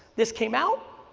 this came out,